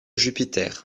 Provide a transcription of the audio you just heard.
jupiter